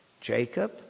Jacob